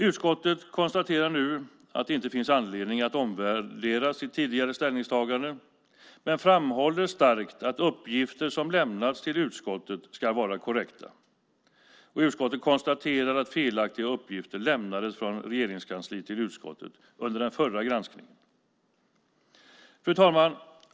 Utskottet konstaterar nu att det inte finns anledning för KU att omvärdera sitt tidigare ställningstagande men framhåller starkt att uppgifter som lämnas till utskottet ska vara korrekta. Utskottet konstaterar att felaktiga uppgifter lämnades från Regeringskansliet till utskottet under den förra granskningen. Fru talman!